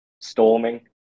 storming